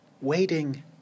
waiting